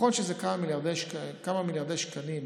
נכון שזה כמה מיליארדי שקלים,